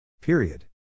Period